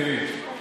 תראי,